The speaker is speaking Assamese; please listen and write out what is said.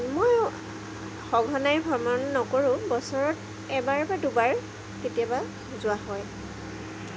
মই সঘনাই ভ্ৰমণ নকৰোঁ বছৰত এবাৰ বা দুবাৰ কেতিয়াবা যোৱা হয়